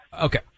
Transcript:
Okay